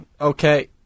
Okay